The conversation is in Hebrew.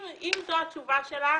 אם זו התשובה שלך,